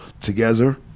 together